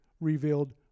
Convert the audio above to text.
revealed